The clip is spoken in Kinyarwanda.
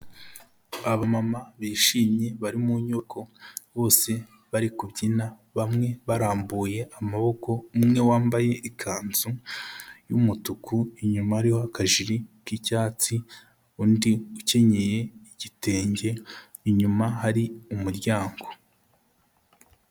Aba mama bishimye bari mu nyoko bose bari kubyina, bamwe barambuye amaboko umwe wambaye ikanzu y'umutuku inyuma hariho akajiri k'icyatsi, undi ukenyeye igitenge inyuma hari umuryango.